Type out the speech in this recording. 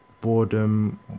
boredom